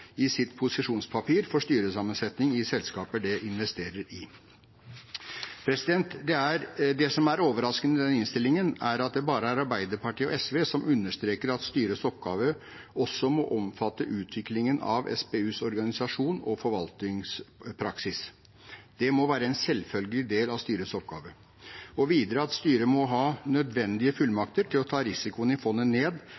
i sitt posisjonspapir for styresammensetning i selskaper det investerer i. Det som er overraskende i denne innstillingen, er at det bare er Arbeiderpartiet og SV som understreker at styrets oppgave også må omfatte utviklingen av SPUs organisasjon og forvaltningspraksis – det må være en selvfølgelig del av styrets oppgave – og videre at styret må ha